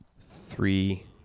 three